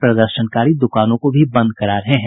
प्रदर्शनकारी दुकानों को भी बंद करा रहे हैं